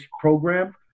program